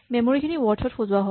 memory খিনি words ত সজোৱা হয়